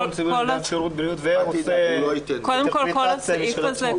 הוא עושה אינטרפרטציה משל עצמו.